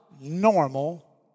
normal